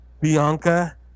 Bianca